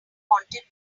wanted